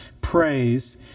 Praise